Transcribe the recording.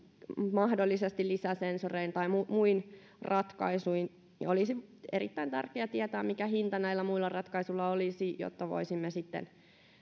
mahdollisesti lisäsensorein tai muin ratkaisuin olisi erittäin tärkeää tietää mikä hinta näillä muilla ratkaisuilla olisi jotta voisimme sitten